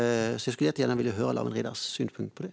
Jag skulle gärna vilja höra Lawen Redars syn på det.